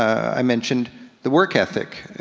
i mentioned the work ethic.